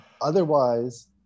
Otherwise